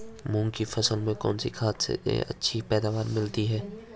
मूंग की फसल में कौनसी खाद से अच्छी पैदावार मिलती है?